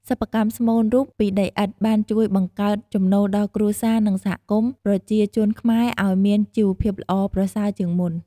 សិប្បកម្មស្មូនរូបពីដីឥដ្ធបានជួយបង្កើតចំណូលដល់គ្រួសារនិងសហគមប្រជាជនខ្មែរឲ្យមានជីវភាពល្អប្រសើជាងមុន។